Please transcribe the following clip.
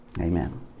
Amen